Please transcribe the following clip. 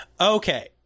Okay